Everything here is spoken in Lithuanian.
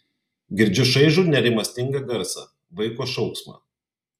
girdžiu šaižų nerimastingą garsą vaiko šauksmą